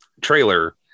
trailer